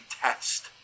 test